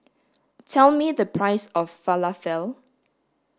tell me the price of Falafel